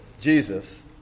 Jesus